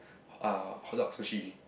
uh hotdog sushi